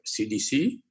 CDC